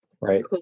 Right